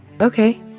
Okay